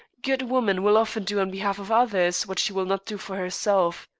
good woman will often do on behalf of others what she will not do for herself.